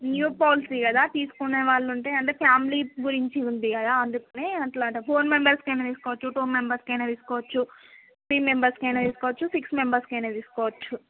new policy కదా తీసుకునే వాళ్ళు ఉంటే అంటే ఫ్యామిలీ గురించి ఉంది కదా అందుకని అలా అంట ఫోర్ మెంబెర్స్కైనా తీసుకోవచ్చు టూ మెంబర్సకైనా తీసుకోవచ్చు త్రీ మెంబెర్స్కైనా తీసుకోవచ్చు సిక్స్ మెంబర్స్ కైనా తీసుకోవచ్చు